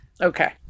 okay